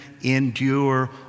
endure